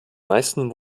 meisten